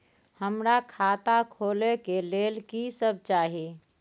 हमरा खाता खोले के लेल की सब चाही?